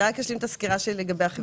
אני רק אשלים את הסקירה שלי לגבי החברה.